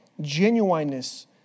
genuineness